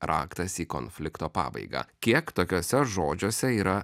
raktas į konflikto pabaigą kiek tokiuose žodžiuose yra